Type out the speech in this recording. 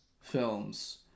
films